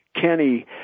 Kenny